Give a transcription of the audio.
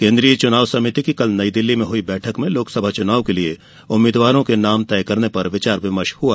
केंद्रीय चुनाव समिति की कल नई दिल्ली में हुई बैठक में लोकसभा चुनाव के लिए उम्मीदवारों के नाम तय करने पर विचार विमर्श हुआ